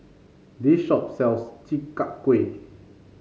this shop sells Chi Kak Kuih